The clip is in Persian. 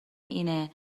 اینه